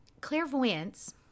clairvoyance